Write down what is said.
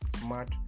smart